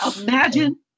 imagine